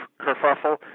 kerfuffle